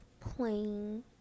playing